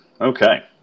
Okay